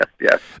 yes